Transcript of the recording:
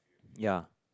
ya